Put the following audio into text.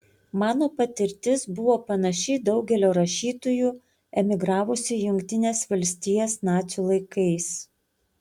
mano patirtis buvo panaši į daugelio rašytojų emigravusių į jungtines valstijas nacių laikais